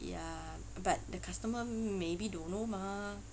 ya but the customer maybe don't know mah